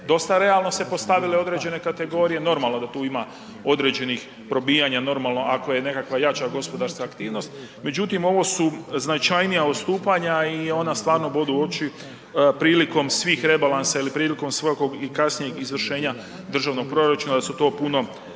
dosta realno se postavile određene kategorije normalno da tu ima određenih probijanja normalno ako je nekakva jača gospodarska aktivnost, međutim ovo su značajnija odstupanja i ona stvarno bodu u oči prilikom svih rebalansa ili prilikom svakog i kasnijeg izvršenja državnog proračuna da su to puno